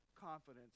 confidence